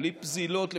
בלי פזילות לפופוליזם,